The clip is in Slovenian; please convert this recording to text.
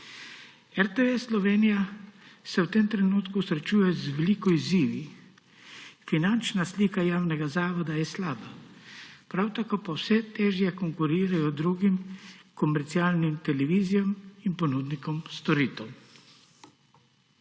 RTV Slovenija se v tem trenutku srečuje z veliko izzivi. Finančna slika javnega zavoda je slaba, prav tako pa vse težje konkurirajo drugim komercialnim televizijam in ponudnikom storitev.